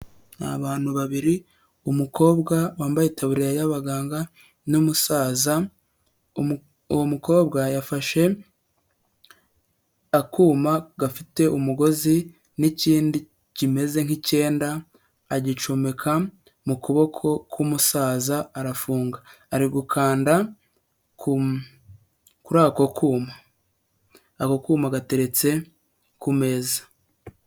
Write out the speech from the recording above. Ni abantu babiri umukobwa wambaye itaburiya y'abaganga n'umusaza, uwo mukobwa yafashe akuma gafite umugozi n'ikindi kimeze nk'icyenda, agicomeka mu kuboko k'umusaza arafunga, ari gukanda kuri ako kuma, ako kuma gateretse ku meza.